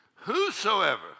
Whosoever